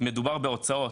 מדובר בהוצאות,